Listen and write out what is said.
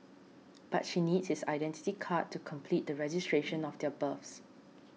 but she needs his Identity Card to complete the registration of their births